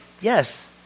Yes